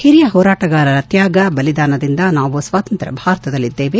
ಹಿರಿಯ ಹೋರಾಟಗಾರರ ತ್ಯಾಗ ಬಲಿದಾನದಿಂದ ನಾವು ಸ್ವಾತಂತ್ರ್ಯ ಭಾರತದಲ್ಲಿದ್ದೇವೆ